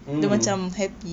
hmm